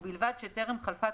ובלבד שטרם חלפה